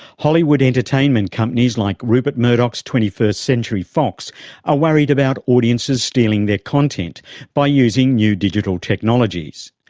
hollywood entertainment companies like rupert murdoch's twenty first century fox are worried about audiences stealing their content by using new digital technologies.